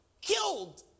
killed